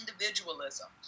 individualism